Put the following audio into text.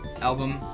album